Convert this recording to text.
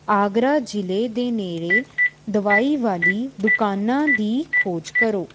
ਆਗਰਾ ਜ਼ਿਲ੍ਹੇ ਦੇ ਨੇੜੇ ਦਵਾਈ ਵਾਲੀ ਦੁਕਾਨਾਂ ਦੀ ਖੋਜ ਕਰੋ